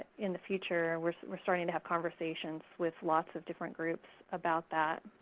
in the future. we're we're starting to have conversations with lots of different groups about that.